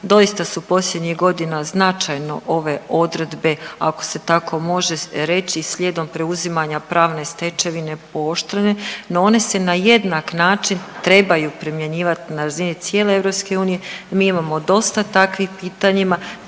doista su posljednjih godina značajno ove odredbe ako se tako može reći slijedom preuzimanja pravne stečevine pooštrene, no one se na jednak način trebaju primjenjivati na razini cijele EU. Mi imamo dosta takvih pitanjima,